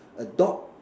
a dog